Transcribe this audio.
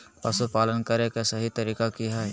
पशुपालन करें के सही तरीका की हय?